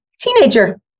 Teenager